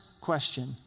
question